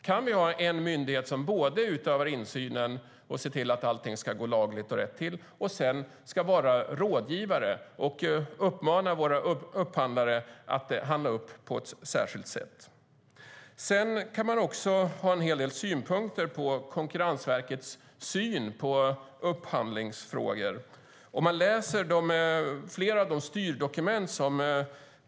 Kan vi ha en myndighet som både ska utöva insynen, se till att allting går lagligt och rätt till, och sedan ska vara rådgivare och uppmana våra upphandlare att handla upp på ett särskilt sätt? Man kan också ha en hel del synpunkter på Konkurrensverkets syn på upphandlingsfrågor.